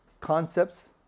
concepts